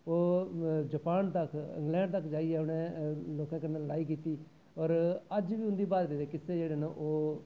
ओह् जापान तक्कर इंगलैंड तक्कर जाइयै उ'नें लोकें कन्नै लड़ाई कीती और अज्ज बी उं'दी ब्हादरी दे किस्से जेह्ड़े न ओह्